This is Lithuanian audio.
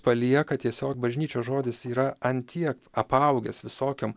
palieka tiesiog bažnyčios žodis yra ant tiek apaugęs visokiom